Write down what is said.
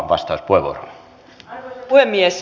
arvoisa puhemies